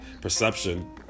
perception